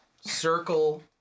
circle